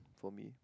for me